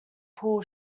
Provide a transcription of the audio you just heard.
pool